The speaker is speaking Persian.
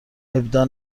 ابداع